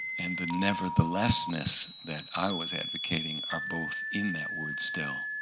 and the nevertheless-ness that i was advocating are both in that word still.